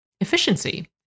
efficiency